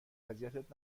اذیتت